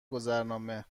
گذرنامه